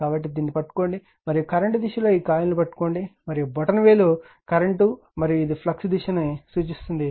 కాబట్టి దాన్ని పట్టుకోండి మరియు కరెంట్ దిశలో ఈ కాయిల్ను పట్టుకోండి మరియు బొటనవేలు కరెంట్ మరియు ఇది ఫ్లక్స్ దిశను సూచిస్తుంది